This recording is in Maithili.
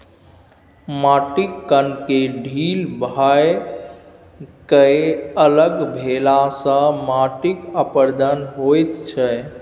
माटिक कणकेँ ढील भए कए अलग भेलासँ माटिक अपरदन होइत छै